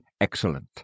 excellent